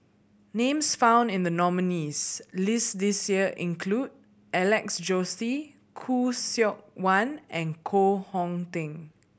names found in the nominees' list this year include Alex Josey Khoo Seok Wan and Koh Hong Teng